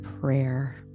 prayer